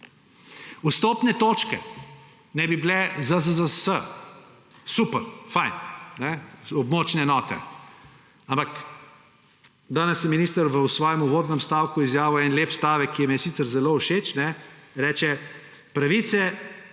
Vstopne točke naj bi bile ZZZS. Super, fino. Območne enote. Ampak danes je minister v svojem uvodnem stavku izjavil en lep stavek, ki mi je sicer zelo všeč, reče – pravice